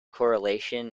correlation